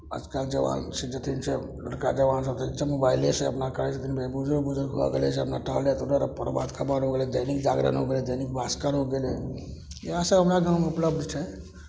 आजकल जवानसभ जे छथिन से हुनका जवानसभ मोबाइलेसँ अपना करै छथिन जे बुजुर्ग उजुर्ग भऽ गेलै से अपना टहलैत गेल अपना प्रभात खबर हो गेलै दैनिक जागरण हो गेलै दैनिक भास्कर हो गेलै इएहसभ हमरा गाँवमे उपलब्ध छै